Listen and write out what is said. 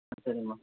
ஆ சரிங்கம்மா